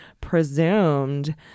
presumed